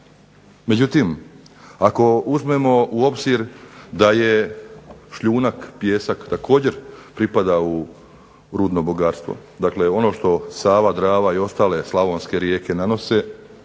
Međutim, ako uzmemo u obzir da šljunak, pijesak također pripada u rudno bogatstvo, dakle ono što Sava, Drava i ostale slavonske rijeke nanose